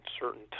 certain